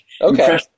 okay